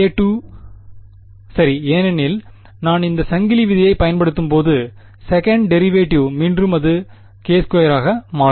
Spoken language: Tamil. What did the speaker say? k2 சரி ஏனெனில் நான் இந்த சங்கிலி விதியைப் பயன்படுத்தும்போது செகண்ட் டெரிவேட்டிவ் மீண்டும் அது k2 வாக மாறும்